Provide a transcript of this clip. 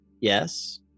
Yes